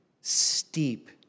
steep